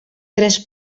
tres